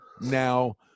now